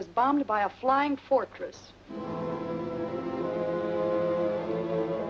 was bombed by a flying fortress